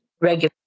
regular